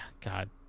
God